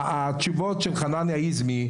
התשובות של חנניה היזמי,